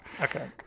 okay